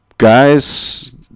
Guys